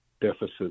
deficits